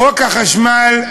בחוק החשמל,